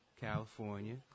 California